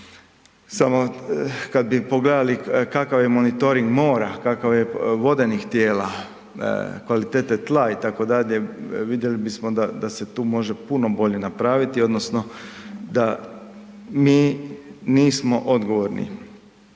Samo kada bi pogledali kakav je monitoring mora, kakav je vodenih tijela, kvalitete tla itd., vidjeli bismo da se tu može puno bolje napraviti odnosno da mi nismo odgovorni